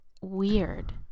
weird